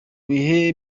bihe